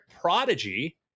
Prodigy